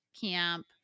camp